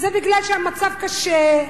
זה בגלל שהמצב קשה.